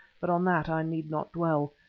but on that i need not dwell.